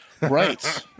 Right